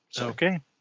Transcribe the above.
Okay